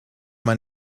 man